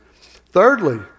Thirdly